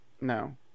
No